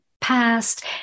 past